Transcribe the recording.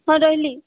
ହଁ ରହିଲି